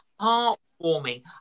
heartwarming